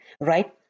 right